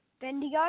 Bendigo